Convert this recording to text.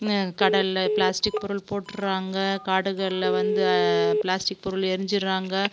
கடலில் பிளாஸ்டிக் பொருள் போட்டுறாங்க காடுகளில் வந்து பிளாஸ்டிக் பொருள் எறிஞ்சுட்றாங்க